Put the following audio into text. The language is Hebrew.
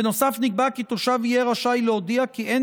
בנוסף נקבע כי תושב יהיה רשאי להודיע כי אין